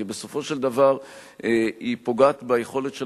כי בסופו של דבר היא פוגעת ביכולת של